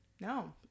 No